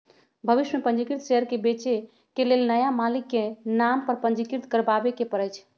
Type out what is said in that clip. भविष में पंजीकृत शेयर के बेचे के लेल नया मालिक के नाम पर पंजीकृत करबाबेके परै छै